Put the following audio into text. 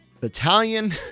battalion